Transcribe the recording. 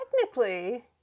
technically